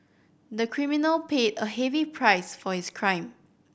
the criminal paid a heavy price for his crime